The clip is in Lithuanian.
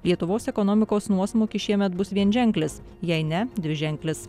lietuvos ekonomikos nuosmukis šiemet bus vienženklis jei ne dviženklis